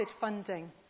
Funding